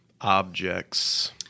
objects